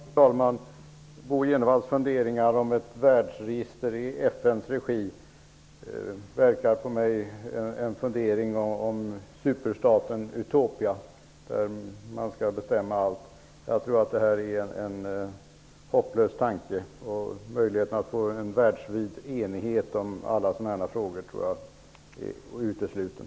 Fru talman! Bo G Jenevalls formuleringar om ett världsregister i FN:s regi ger mig ett intryck av superstaten Utopia, där staten kan bestämma allt. Det är en hopplös tanke. Jag tror att möjligheten att nå en världsvid enighet om alla sådana här frågor är uteslutan.